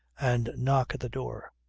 and knock at the door.